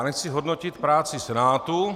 Nechci hodnotit práci Senátu.